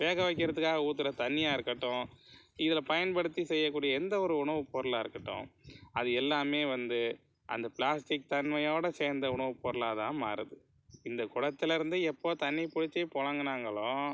வேக வைக்கிறதுக்காக ஊத்தற தண்ணியாக இருக்கட்டும் இதில் பயன்படுத்தி செய்யக்கூடிய எந்த ஒரு உணவு பொருளாக இருக்கட்டும் அது எல்லாமே வந்து அந்த பிளாஸ்டிக் தன்மையோட சேர்ந்த உணவு பொருளாக தான் மாறுது இந்த குடத்துலருந்து எப்போது தண்ணி பிடிச்சி புழங்குனாங்களோ